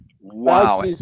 Wow